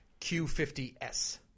Q50S